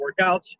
workouts